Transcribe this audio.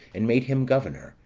and made him governor,